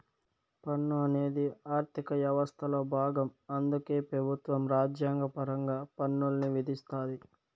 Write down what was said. పన్ను అనేది ఆర్థిక యవస్థలో బాగం అందుకే పెబుత్వం రాజ్యాంగపరంగా పన్నుల్ని విధిస్తాది